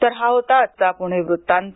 तर हा होता आजचा पुणे वृत्तांत